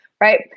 right